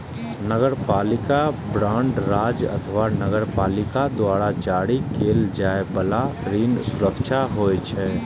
नगरपालिका बांड राज्य अथवा नगरपालिका द्वारा जारी कैल जाइ बला ऋण सुरक्षा होइ छै